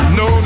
no